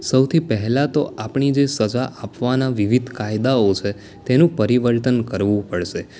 સૌથી પહેલાં તો આપણી જે સજા આપવાના વિવિધ કાયદાઓ છે તેનું પરિવર્તન કરવુ પડશે